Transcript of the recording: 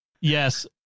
Yes